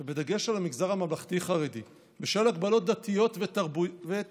בדגש על המגזר הממלכתי-חרדי: בשל הגבלות דתיות ותרבותיות,